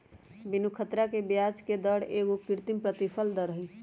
बीनू ख़तरा के ब्याजके दर एगो कृत्रिम प्रतिफल दर हई